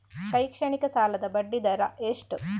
ಶೈಕ್ಷಣಿಕ ಸಾಲದ ಬಡ್ಡಿ ದರ ಎಷ್ಟು?